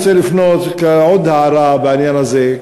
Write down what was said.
עוד הערה בעניין הזה,